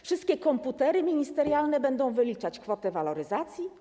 Wszystkie komputery ministerialne będą wyliczać kwotę waloryzacji?